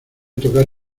tocar